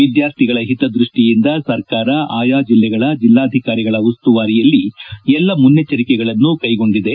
ವಿದ್ಯಾರ್ಥಿಗಳ ಹಿತದ್ಯಕ್ಷಿಯಿಂದ ಸರಕಾರ ಆಯಾ ಜಿಲ್ಲೆಗಳ ಜಿಲ್ಲಾಧಿಕಾರಿಗಳ ಉಸ್ತುವಾರಿಯಲ್ಲಿ ಎಲ್ಲ ಮುನ್ನೆಟ್ಟಂಕೆಗಳನ್ನು ಕೈಗೊಂಡಿದೆ